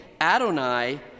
Adonai